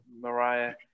Mariah